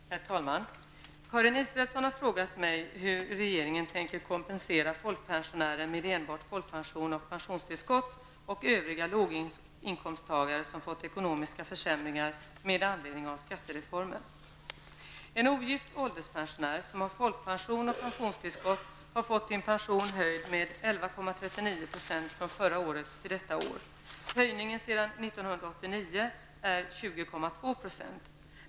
Herr talman! Karin Israelsson har frågat mig hur regeringen tänker kompensera folkpensionärer med enbart folkpension och pensionstillskott och övriga låginkomsttagare som fått ekonomiska försämringar med anledning av skattereformen. En ogift ålderspensionär som har folkpension och pensionstillskott har fått sin pension höjd med 11,39 % från förra året till detta år. Höjningen sedan år 1989 är hela 20,2 %.